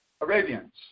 Arabians